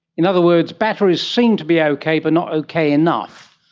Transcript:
in other words, battery seem to be ah okay but not okay enough,